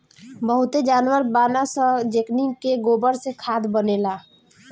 बहुते जानवर बानअ सअ जेकनी के गोबर से खाद बनेला